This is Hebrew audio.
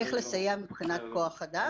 איך לסייע מבחינת כוח אדם.